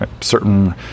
certain